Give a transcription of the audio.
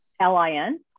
L-I-N